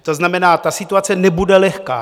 To znamená, že ta situace nebude lehká.